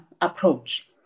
approach